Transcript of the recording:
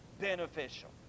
beneficial